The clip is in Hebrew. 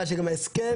לי נאמר שגם ההסכם,